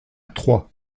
troyes